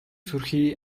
сүрхий